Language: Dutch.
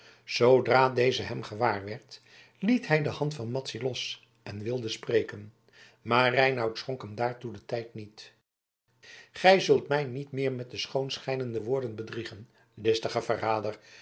zoodra deze hem gewaar werd liet hij de hand van madzy los en wilde spreken maar reinout schonk hem daartoe den tijd niet gij zult mij niet meer met schoonschijnende woorden bedriegen listige verrader